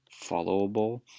followable